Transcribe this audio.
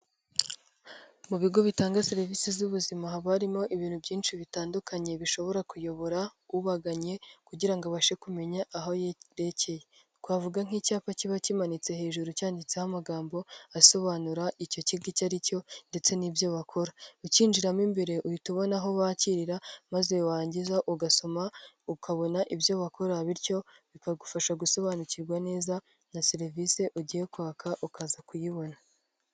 Mu bigo bitanga serivisi z'ubuzima haba harimo ibintu byinshi bitandukanye bishobora kuyobora ubaganye kugira abashe kumenya aho yerekeye twavuga nk'icyapa kiba kimanitse hejuru cyanditseho amagambo asobanura icyo kigo icyo ari cyo ndetse n'ibyo bakora ucyinjiramo imbere uhita ubona aho wakirira maze warangiza ugasoma ukabona ibyo wakora bityo bikagufasha gusobanukirwa neza na serivisi ugiye kwaka ukaza kuyibona.